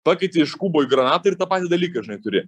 pakeiti iš klubo į granatą ir tą patį dalyką žinai turi